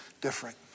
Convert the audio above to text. different